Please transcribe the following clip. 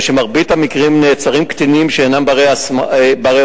במרבית המקרים נעצרים קטינים שאינם בני-עונשין,